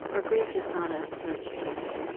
or grief is not a virtue, is it?